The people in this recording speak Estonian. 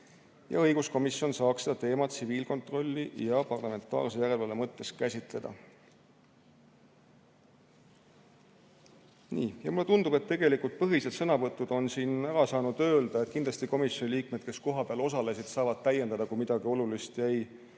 ja õiguskomisjon saaks seda teemat tsiviilkontrolli ja parlamentaarse järelevalve mõttes käsitleda. Mulle tundub, et tegelikult olengi põhilised sõnavõtud siin saanud ära mainida. Kindlasti komisjoni liikmed, kes kohapeal osalesid, saavad täiendada, kui midagi olulist jäi